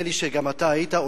נדמה לי שגם אתה היית,